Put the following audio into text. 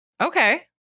Okay